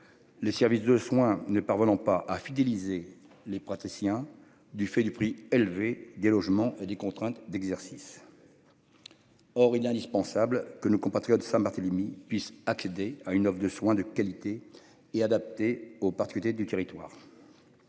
Les services de soins ne parvenant pas à fidéliser les praticiens du fait du prix élevé des logements des contraintes d'exercice. Or, il est indispensable que nos compatriotes Saint-Barthélemy puissent accéder à une offre de soins de qualité et adaptés aux particuliers du territoire.